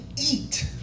eat